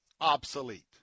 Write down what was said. obsolete